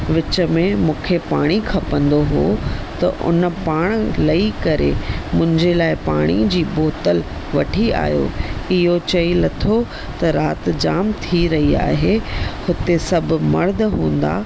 विच में मूंखे पाणी खपंदो हुओ त उन पाण लही करे मुंहिंजे लाइ पाणी जी बोतल वठी आहियो इहो चयईं लथो त राति जाम थी रही आहे हुते सभु मर्द हूंदा